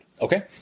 Okay